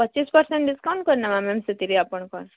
ପଚିଶ୍ percent discount କରିନେମା ma'am ସେଥିରେ ଆପଣଙ୍କର୍